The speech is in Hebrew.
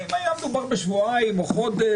אם היה מדובר בשבועיים או חודש,